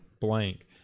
blank